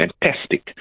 fantastic